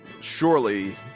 surely